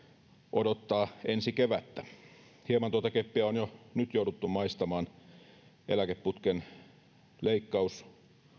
odottaa ensi kevättä hieman tuota keppiä on jo nyt jouduttu maistamaan eläkeputken leikkaus